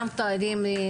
גם תארים,